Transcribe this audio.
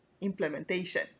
implementation